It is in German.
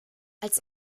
als